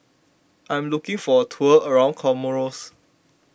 I am looking for a tour around Comoros